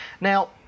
Now